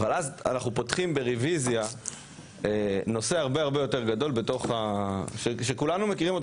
אבל אז אנחנו פותחים ברוויזיה נושא הרבה יותר גדול שכולנו מכירים אותו